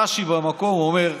רש"י במקור אומר,